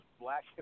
black